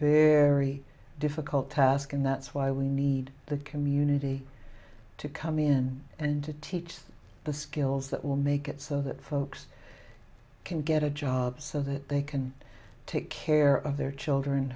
very difficult task and that's why we need the community to come in and teach the skills that will make it so that folks can get a job so that they can take care of their children